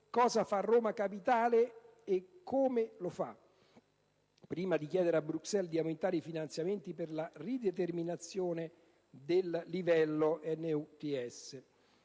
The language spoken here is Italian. cosa fa Roma capitale e come lo fa, prima di chiedere a Bruxelles di aumentare i finanziamenti con la rideterminazione del livello NUTS